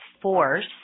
force